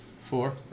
Four